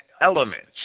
elements